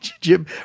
Jim